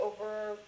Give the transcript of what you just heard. over